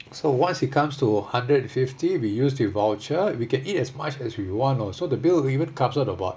so once it comes to hundred fifty we use the voucher we can eat as much as we want you know so the bill even comes out about